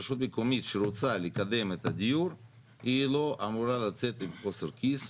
רשות מקומית שרוצה לקדם את הדיור היא לא אמורה לצאת עם חוסר כיס.